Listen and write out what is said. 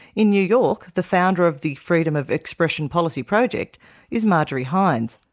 in new york, the founder of the freedom of expression policy project is marjorie heins.